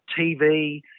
TV